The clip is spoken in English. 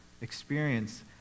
experience